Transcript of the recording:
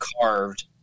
carved